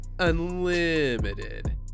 Unlimited